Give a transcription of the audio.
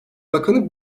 bakanı